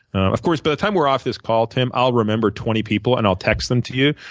of course, by the time we're off this call, tim, i'll remember twenty people, and i'll text them to you.